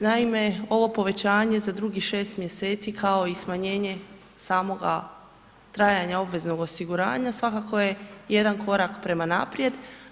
Naime, ovo povećanje za drugih 6. mjeseci kao i smanjenje samoga trajanja obveznog osiguranja svakako je jedan korak prema naprijed.